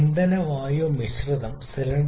അതിനാൽ നമ്മൾ യഥാർത്ഥ രചനയെ പൂർണ്ണമായും അവഗണിക്കുന്നു